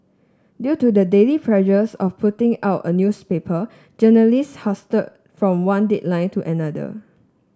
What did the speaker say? due to the daily pressures of putting out a newspaper journalists hurtle from one deadline to another